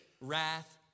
wrath